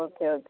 okay okay